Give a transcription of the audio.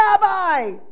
rabbi